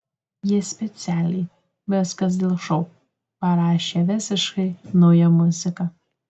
jie specialiai viskas dėl šou parašė visiškai naują muziką